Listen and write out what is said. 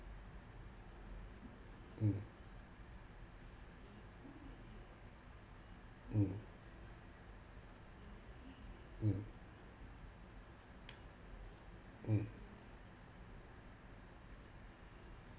mm mm mm mm